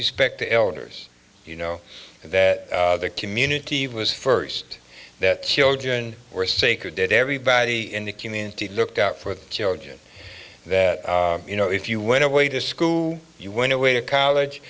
respected elders you know that the community was first that children were sacred did everybody in the community looked out for children that you know if you went away to school you went away to college